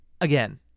again